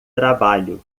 trabalho